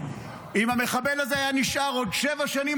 אם המחבל הזה היה נשאר עוד שבע שנים,